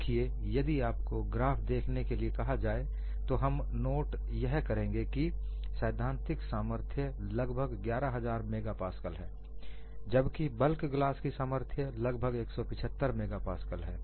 देखिए यदि आपको ग्राफ देखने के लिए कहा जाए तो हम यह नोट करेंगे कि सैद्धांतिक सामर्थ्य लगभग 11000 मेगा पास्कल है जबकि बल्क ग्लास की सामर्थ्य लगभग 175 मेगा पास्कल है